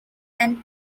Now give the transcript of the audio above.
and